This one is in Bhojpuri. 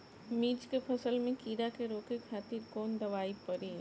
मिर्च के फसल में कीड़ा के रोके खातिर कौन दवाई पड़ी?